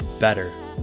better